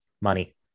Money